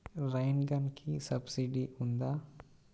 Rain గన్కి సబ్సిడీ ఉందా?